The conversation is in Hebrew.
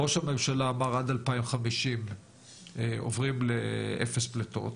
ראש הממשלה אמר שעד 2050 עוברים ל-0 פליטות,